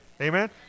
Amen